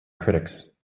critics